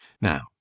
Now